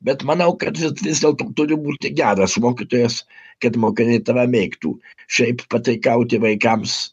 bet manau kad vis dėlto turi būti geras mokytojas kad mokiniai tave mėgtų šiaip pataikauti vaikams